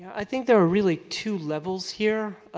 i think there are really two levels here.